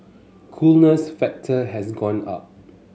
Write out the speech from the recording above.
coolness factor has gone up